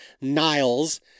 Niles